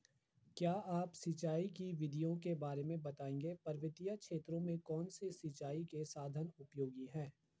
क्या आप सिंचाई की विधियों के बारे में बताएंगे पर्वतीय क्षेत्रों में कौन से सिंचाई के साधन उपयोगी हैं?